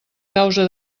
causa